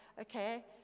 okay